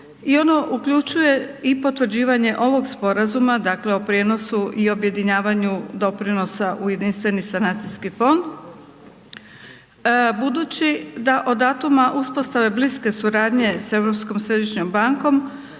i ono uključuje i potvrđivanje ovog sporazuma dakle o prijenosu i objedinjavanju doprinosa u Jedinstveni sanacijski fond. Budući da od datuma uspostave bliske suradnje sa